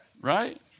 Right